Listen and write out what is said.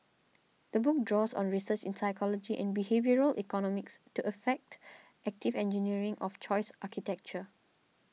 the book draws on research in psychology and behavioural economics to effect active engineering of choice architecture